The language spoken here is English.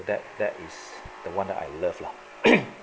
that that is the one that I love lah